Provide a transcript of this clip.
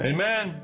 Amen